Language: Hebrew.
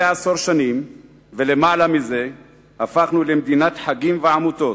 זה עשור ולמעלה מזה הפכנו למדינת חגים ועמותות.